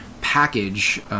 package